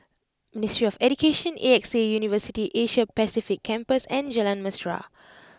Ministry of Education A X A University Asia Pacific Campus and Jalan Mesra